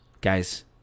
Guys